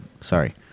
Sorry